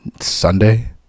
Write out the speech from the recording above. Sunday